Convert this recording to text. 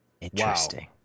Interesting